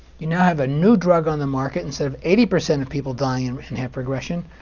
you now have a new drug on the market. instead of eighty percent of people dying and but and have progression,